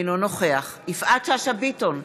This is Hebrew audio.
אינו נוכח יפעת שאשא ביטון,